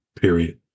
period